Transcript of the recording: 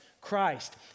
Christ